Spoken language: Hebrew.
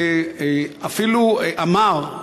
הוא אפילו אמר,